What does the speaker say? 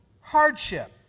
hardship